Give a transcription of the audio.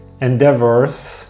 endeavors